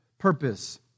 purpose